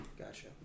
Gotcha